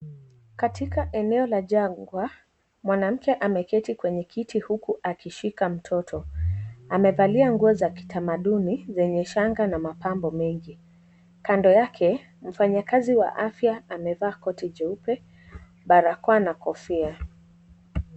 Katika eneo la changwa mwanamke ameketi kwenye kiti huku akishika mtoto amevalia nguo za kitamaduni zenye shanga na mapambo mengi ,kando yake mfanyakazi wa afya amevaa kiti jeupe ,barakoa na kofia.